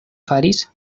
faris